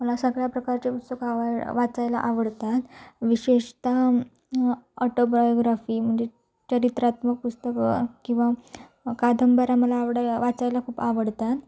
मला सगळ्या प्रकारचे पुस्तकं आवा वाचायला आवडतात विशेषतः ऑटोबायोग्राफी म्हणजे चरित्रात्मक पुस्तकं किंवा कादंबऱ्या मला आवडाय वाचायला खूप आवडतात